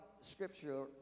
Scripture